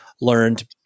learned